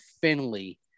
Finley